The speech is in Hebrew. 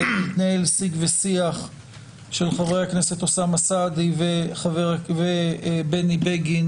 התנהל שיג ושיח של חברי הכנסת אוסאמה סעדי ובני בגין